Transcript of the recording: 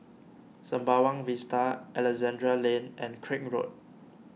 Sembawang Vista Alexandra Lane and Craig Road